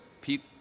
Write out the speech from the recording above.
Pete